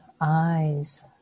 eyes